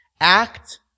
Act